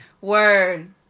Word